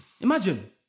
Imagine